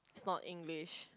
not English